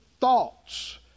thoughts